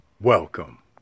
welcome